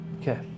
Okay